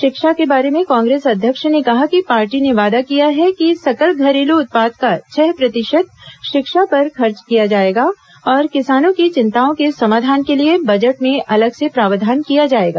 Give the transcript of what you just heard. शिक्षा के बारे में कांग्रेस अध्यक्ष ने कहा कि पार्टी ने वादा किया है कि सकल घरेलू उत्पाद का छह प्रतिशत शिक्षा पर खर्च किया जाएगा और किसानों की चिंताओं के समाधान के लिए बजेट में अलग से प्रावधान किया जाएगा